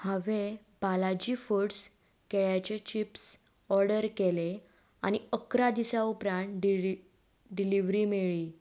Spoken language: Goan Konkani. हांवें बालाजी फुड्स केळ्यांचे चिप्स ऑर्डर केले आनी इकरा दिसां उपरांत डिलिव्ह डिलिव्हरी मेळ्ळी